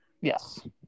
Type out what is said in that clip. Yes